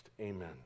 Amen